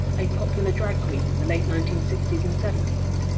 a popular drag queen in the late nineteen sixty s and seventy s.